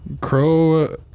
crow